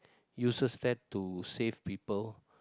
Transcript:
uses that to save people